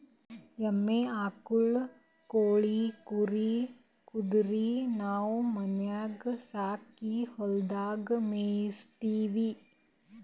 ಎಮ್ಮಿ ಆಕುಳ್ ಕೋಳಿ ಕುರಿ ಕುದರಿ ನಾವು ಮನ್ಯಾಗ್ ಸಾಕಿ ಹೊಲದಾಗ್ ಮೇಯಿಸತ್ತೀವಿ